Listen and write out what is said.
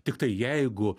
tiktai jeigu